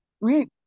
Right